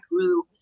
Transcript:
grew